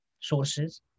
sources